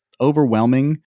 overwhelming